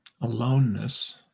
aloneness